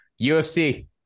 UFC